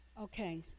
Okay